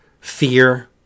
fear